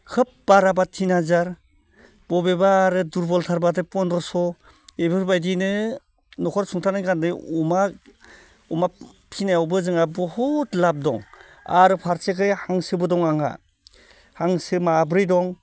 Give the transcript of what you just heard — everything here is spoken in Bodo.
खोब बाराबा तिन हाजार बबेबा आरो दुरबलथारब्लाथाय पन्द्र'स' इफोरबायदिनो न'खर सुंथानाय खारने अमा अमा फिनायावबो जोंहा बुहुद लाब दं आरो फारसेखै हांसोबो दं आंहा हांसो माब्रै दं